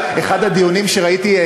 אחד הדיונים שראיתי,